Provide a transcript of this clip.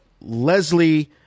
Leslie